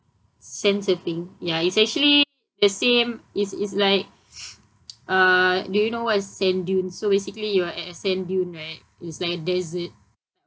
sand surfing ya it's actually the same it's it's like uh do you know what is sand dune so basically you are at a sand dune right it's like a desert